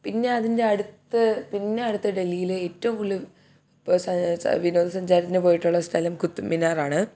പിന്നെ അതിൻ്റെ അടുത്ത് പിന്നെ അടുത്ത് ഡൽഹിയിലെ ഏറ്റവും കൂടുതൽ വിനോദസഞ്ചാരത്തിന് പോയിട്ടുള്ള സ്ഥലം കുത്തബ്മിനാറാണ്